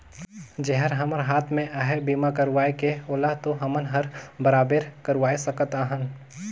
जेहर हमर हात मे अहे बीमा करवाये के ओला तो हमन हर बराबेर करवाये सकत अहन